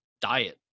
diet